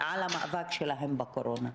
על המאבק שלהם בקורונה.